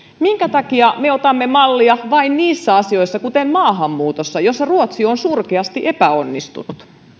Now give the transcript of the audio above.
minkä takia me otamme mallia vain niissä asioissa kuten maahanmuutossa joissa ruotsi on surkeasti epäonnistunut